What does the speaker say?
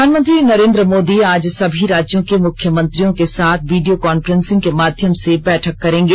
प्रधानमंत्री नरेन्द्र मोदी आज सभी राज्यों के मुख्यमंत्रियों के साथ वीडियो कांफ्रेसिंग के माध्यम से बैठक करेंगे